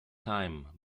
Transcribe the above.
time